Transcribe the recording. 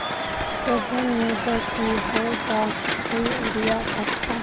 ᱛᱮᱦᱮᱧ ᱧᱤᱫᱟᱹ ᱠᱤ ᱦᱚᱭ ᱫᱟᱜ ᱦᱩᱭᱩᱜ ᱨᱮᱭᱟᱜ ᱠᱟᱛᱷᱟ